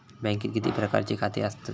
बँकेत किती प्रकारची खाती आसतात?